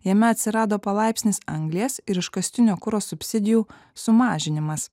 jame atsirado palaipsnis anglies ir iškastinio kuro subsidijų sumažinimas